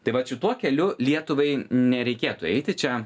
tai vat šituo keliu lietuvai nereikėtų eiti čia